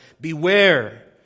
beware